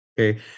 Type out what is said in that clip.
okay